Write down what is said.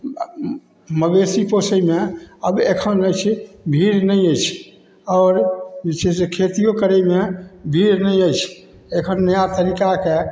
मवेशी पोसैमे आब एखन अछि भीड़ नहि अछि आओर जे छै से खेतिओ करैमे भीड़ नहि अछि एखन नया तरीकाके